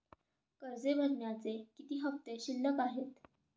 कर्ज भरण्याचे किती हफ्ते शिल्लक आहेत?